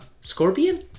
Scorpion